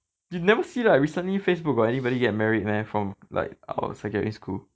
you never see like recently facebook got anybody get married meh from like our secondary school